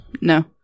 No